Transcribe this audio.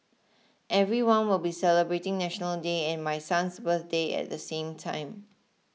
everyone will be celebrating National Day and my son's birthday at the same time